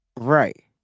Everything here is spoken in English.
Right